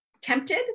Tempted